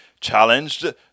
challenged